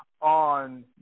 on